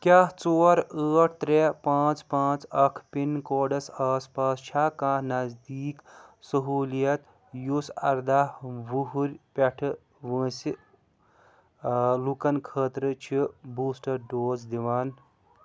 کیٛاہ ژور ٲٹھ ترٛےٚ پانٛژھ پانٛژھ اَکھ پِن کوڈس آس پاس چھا کانٛہہ نزدیٖک سہوٗلیت یُس اَرداہ وُہُرۍ پٮ۪ٹھٕ وٲنٛسہِ لوٗکَن خٲطرٕ چھِ بوٗسٹَر ڈوز دِوان